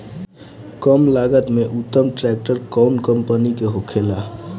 कम लागत में उत्तम ट्रैक्टर कउन कम्पनी के होखेला?